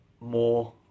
more